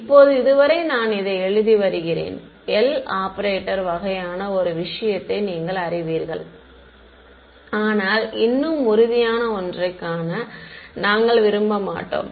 இப்போது இதுவரை நான் இதை எழுதி வருகிறேன் L ஆபரேட்டர் வகையான ஒரு விஷயத்தை நீங்கள் அறிவீர்கள் ஆனால் இன்னும் உறுதியான ஒன்றைக் காண நாங்கள் விரும்ப மாட்டோம்